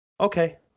Okay